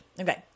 Okay